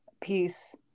peace